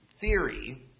theory